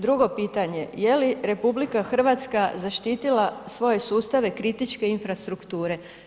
Drugo pitanje, je li RH zaštitila svoje sustave kritičke infrastrukture?